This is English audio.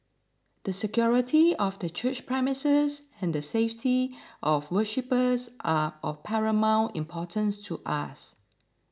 the security of the church premises and the safety of our worshippers are of paramount importance to us